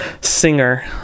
singer